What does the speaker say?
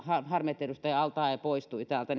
harmi että edustaja al taee poistui täältä